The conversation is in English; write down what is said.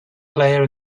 player